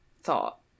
thought